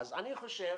אני חושב